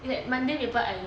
like monday paper I